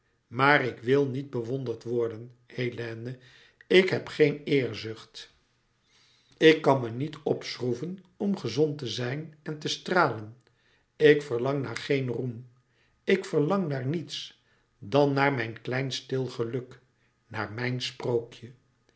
maar ik wil niet bewonderd worden hélène ik heb geen eerzucht ik kan me niet opschroeven om gezond te zijn en te stralen ik verlang naar geen roem ik verlang naar niets dan naar mijn klein stil geluk naar mijn sprookje